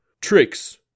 Tricks